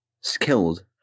skilled